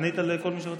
ענית על כל מה שרצית?